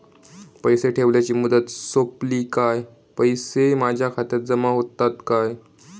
पैसे ठेवल्याची मुदत सोपली काय पैसे माझ्या खात्यात जमा होतात काय?